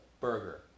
burger